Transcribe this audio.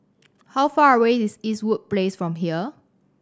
how far away is Eastwood Place from here